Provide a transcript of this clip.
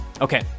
Okay